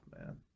man